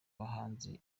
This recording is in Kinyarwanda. bahanzi